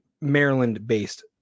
Maryland-based